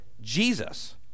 Jesus